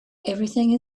everything